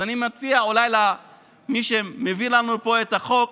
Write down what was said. אז אני מציע אולי למי שמביא לנו פה את החוק